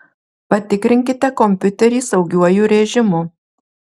patikrinkite kompiuterį saugiuoju režimu